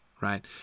right